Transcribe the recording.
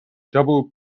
double